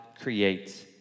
creates